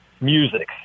music